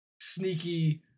sneaky